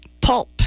Pulp